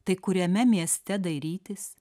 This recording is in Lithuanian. tai kuriame mieste dairytis